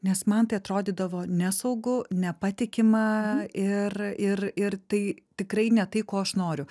nes man tai atrodydavo nesaugu nepatikima ir ir ir tai tikrai ne tai ko aš noriu